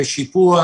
בשיפוע,